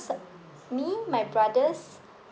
me my brothers